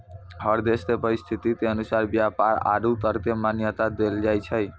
हर देश के परिस्थिति के अनुसार व्यापार आरू कर क मान्यता देलो जाय छै